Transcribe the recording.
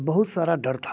तो बहुत सारा डर था